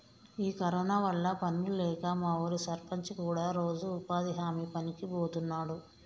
ఈ కరోనా వల్ల పనులు లేక మా ఊరి సర్పంచి కూడా రోజు ఉపాధి హామీ పనికి బోతున్నాడు